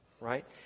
Right